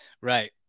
right